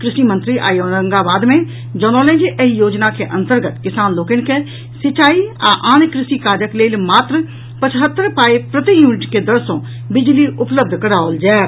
कृषि मंत्री आई औरंगाबाद मे जनौलनि जे एहि योजना के अंतर्गत किसान लोकनि के सिंचाई आ आन कृषि काजक लेल मात्र पचहत्तरि पाई प्रति यूनिट के दर सॅ बिजली उपलब्ध कराओल जायत